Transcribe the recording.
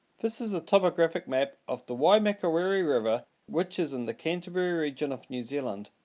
this is a topographic map of the waimakariri river which is in the canterbury region of new zealand.